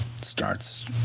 Starts